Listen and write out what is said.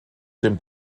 dem